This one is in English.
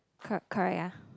cor~ correct ah